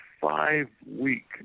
five-week